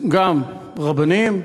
רבנים,